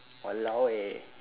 !walao! eh